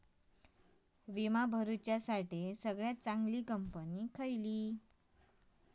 विमा भरुच्यासाठी सगळयात चागंली कंपनी खयची?